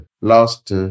last